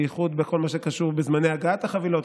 בייחוד בכל מה שקשור בזמני הגעת החבילות.